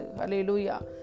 Hallelujah